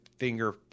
finger